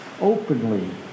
openly